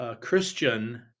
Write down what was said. Christian